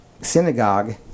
synagogue